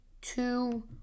two